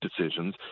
decisions